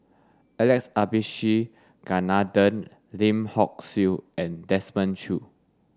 Alex Abisheganaden Lim Hock Siew and Desmond Choo